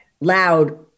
loud